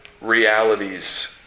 realities